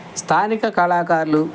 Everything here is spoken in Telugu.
స్థానిక కళాకారులు